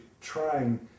trying